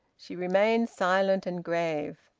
she remained silent, and grave.